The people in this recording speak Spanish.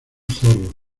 zorro